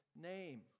name